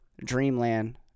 Dreamland